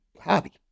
Hobby